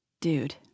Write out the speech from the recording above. dude